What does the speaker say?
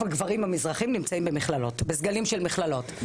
הגברים המזרחים נמצאים בסגלים של מכללות,